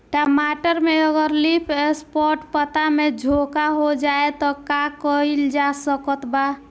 टमाटर में अगर लीफ स्पॉट पता में झोंका हो जाएँ त का कइल जा सकत बा?